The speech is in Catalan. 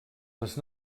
les